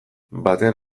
batean